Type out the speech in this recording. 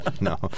No